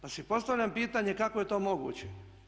Pa postavljam pitanje kako je to moguće?